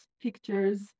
pictures